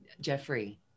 Jeffrey